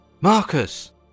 Marcus